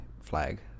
flag